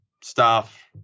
staff